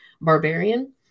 Barbarian